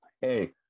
hey